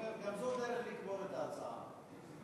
גם זו דרך לקבור את ההצעה.